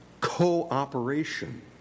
Cooperation